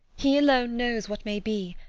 he alone knows what may be,